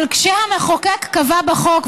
אבל כשהמחוקק קבע בחוק,